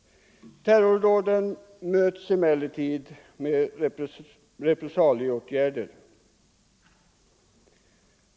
Terrordåden möts emellertid med repressalieåtgärder.